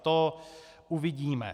To uvidíme.